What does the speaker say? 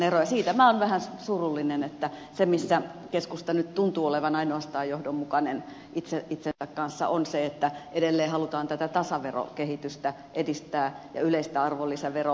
siitä minä olen vähän surullinen että se missä keskusta ainoastaan nyt tuntuu olevan johdonmukainen itsensä kanssa on se että edelleen halutaan tätä tasaverokehitystä edistää ja yleistä arvonlisäveroa